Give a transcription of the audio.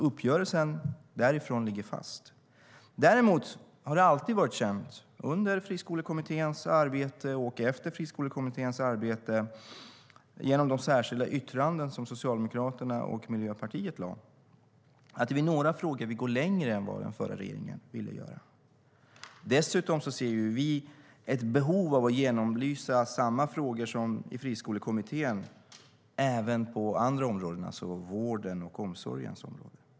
Uppgörelsen därifrån ligger fast. Däremot har det alltid varit känt, under Friskolekommitténs arbete och efter detta arbete, genom de särskilda yttranden som Socialdemokraterna och Miljöpartiet lagt att vi i några frågor vill gå längre än vad den förra regeringen ville göra. Dessutom ser vi ett behov av att genomlysa samma frågor som Friskolekommittén tog upp även på andra områden, alltså vårdens och omsorgens område.